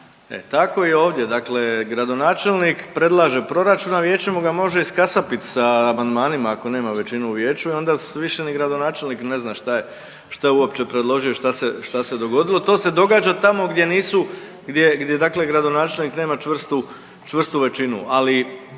tako i ovdje, dakle gradonačelnik predlaže proračun, a vijeće mu ga može iskasapit sa amandmanima ako nema većinu u vijeću i onda više ni gradonačelnik ne zna šta je, šta je uopće predložio i šta se, šta se dogodilo. To se događa tamo gdje nisu, gdje dakle gradonačelnik nema čvrstu, čvrstu